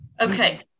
Okay